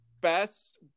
Best